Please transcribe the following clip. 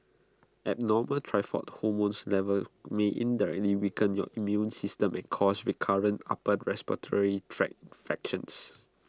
abnormal thyroid hormone levels may indirectly weaken your immune system and cause recurrent upper respiratory tract infections